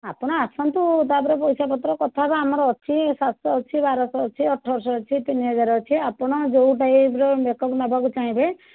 ଆପଣ ଆସନ୍ତୁ ତା'ପରେ ପଇସାପତ୍ର କଥାହେବା ଆମର ଅଛି ସାତଶହ ଅଛି ବାରଶହ ଅଛି ଅଠରଶହ ଅଛି ତିନିହଜାର ଅଛି ଆପଣ ଯେଉଁ ଟାଇପ୍ର ମେକଅପ୍ ନେବାକୁ ଚାହିଁବେ